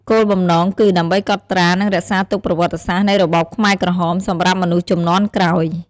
គោលបំំណងគឺ ដើម្បីកត់ត្រា និងរក្សាទុកប្រវត្តិសាស្ត្រនៃរបបខ្មែរក្រហមសម្រាប់មនុស្សជំនាន់ក្រោយ។